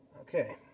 Okay